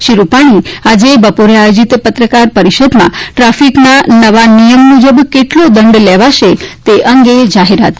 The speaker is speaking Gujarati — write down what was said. શ્રી રૂપાણી આજે બપોરે આયોજીત પત્રકાર પરિષદમાં ટ્રાફિકના નવા નિયમ મુજબ કેટલો દંડ લેવાશે તે અંગે જાહેરાત કરશે